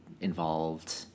involved